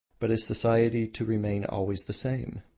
but is society to remain always the same?